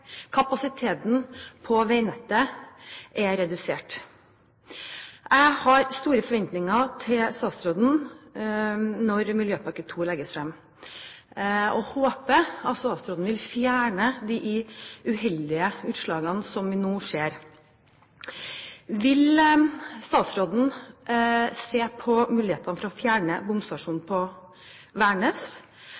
Kapasiteten på veinettet er redusert. Jeg har store forventninger til statsråden når Miljøpakke trinn 2 legges frem, og håper statsråden vil fjerne de uheldige utslagene som vi nå ser. Vil statsråden se på muligheten for å fjerne bomstasjonen